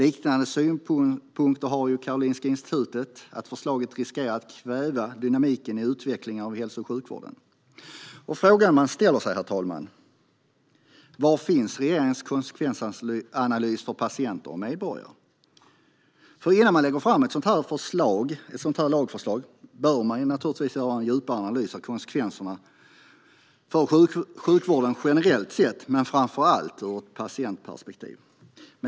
Liknande synpunkter har Karolinska Institutet - att förslaget riskerar att kväva dynamiken i utvecklingen av hälso och sjukvården. Frågan man ställer sig är: Var finns regeringens konsekvensanalys för patienter och medborgare? Innan man lägger fram ett sådant här lagförslag bör man göra en djupare analys av konsekvenserna för sjukvården generellt sett men framför allt ur ett patientperspektiv.